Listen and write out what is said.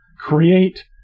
create